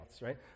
right